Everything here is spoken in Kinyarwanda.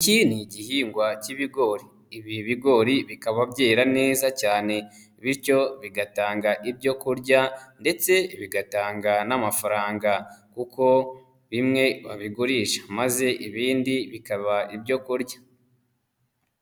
Iki ni igihingwa cy'ibigori. Ibi bigori bikaba byera neza cyane, bityo bigatanga ibyo kurya ndetse bigatanga n'amafaranga. Kuko bimwe babigurisha, maze ibindi bikaba ibyo kurya.